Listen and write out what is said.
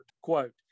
Quote